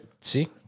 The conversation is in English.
See